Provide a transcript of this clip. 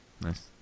Nice